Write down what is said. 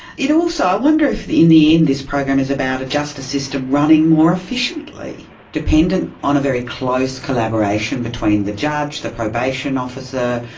you know so i wonder if in the end this program is about a justice system running more efficiently, dependent on a very close collaboration between the judge, the probation officer,